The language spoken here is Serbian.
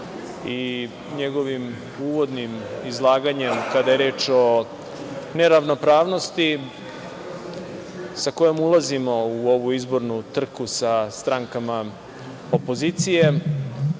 i njegovim uvodnim izlaganjem kada je reč o neravnopravnosti sa kojom ulazimo u ovu izbornu trku sa strankama opozicije